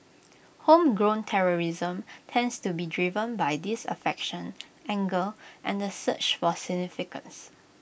homegrown terrorism tends to be driven by disaffection anger and the search for significance